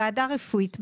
ועדה רפואית.